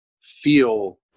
feel